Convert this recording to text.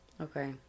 Okay